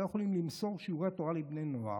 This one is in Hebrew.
לא יכולים למסור שיעורי תורה לבני נוער,